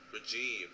regime